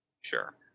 Sure